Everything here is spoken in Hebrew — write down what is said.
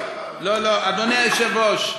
אדוני היושב-ראש,